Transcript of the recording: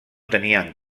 tenien